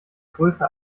größe